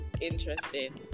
interesting